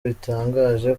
bitangaje